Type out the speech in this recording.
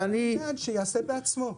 או שהוא יעשה אותו בעצמו.